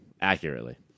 accurately